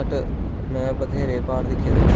but में बथेरे प्हाड़ दिक्खे दे